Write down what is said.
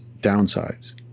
downsides